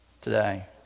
today